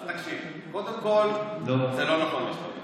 אז תקשיב, קודם כול, זה לא נכון מה שאתה אומר.